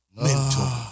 mentor